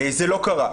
זה לא קרה.